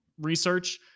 research